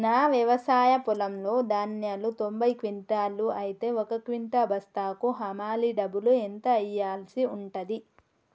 నా వ్యవసాయ పొలంలో ధాన్యాలు తొంభై క్వింటాలు అయితే ఒక క్వింటా బస్తాకు హమాలీ డబ్బులు ఎంత ఇయ్యాల్సి ఉంటది?